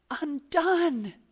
undone